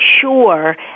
sure